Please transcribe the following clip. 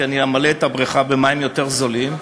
כי אמלא את הבריכה במים יותר זולים,